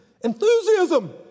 enthusiasm